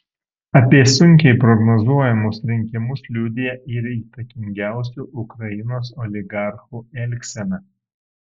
apie sunkiai prognozuojamus rinkimus liudija ir įtakingiausių ukrainos oligarchų elgsena